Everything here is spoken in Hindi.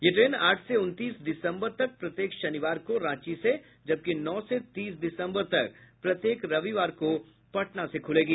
यह ट्रेन आठ से उनतीस दिसम्बर तक प्रत्येक शनिवार को रांची से जबकि नौ से तीस दिसम्बर तक प्रत्येक रविवार को पटना से खुलेगी